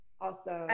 Awesome